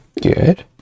Good